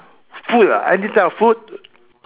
food ah any type of food